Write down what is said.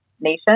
nation